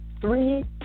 three